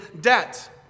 debt